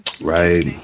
Right